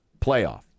playoff